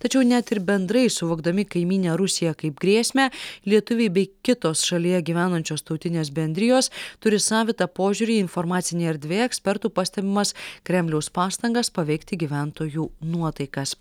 tačiau net ir bendrai suvokdami kaimynę rusiją kaip grėsmę lietuviai bei kitos šalyje gyvenančios tautinės bendrijos turi savitą požiūrį į informacinėje erdvėje ekspertų pastebimas kremliaus pastangas paveikti gyventojų nuotaikas